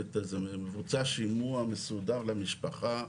מבוצע שימוע מסודר למשפחה,